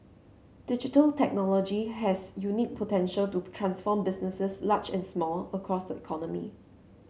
digital technology has unique potential to transform businesses large and small across the economy